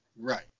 right